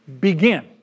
begin